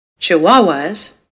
Chihuahuas